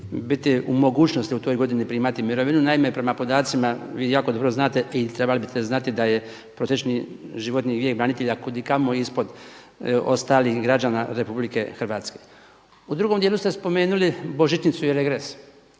biti u mogućnosti u toj godini primati mirovinu. Naime, prema podacima, vi jako dobro znate i trebali biste znati da je prosječni životni vijek branitelja kudikamo ispod ostalih građana Republike Hrvatske. U drugom dijelu ste spomenuli božićnicu i regres.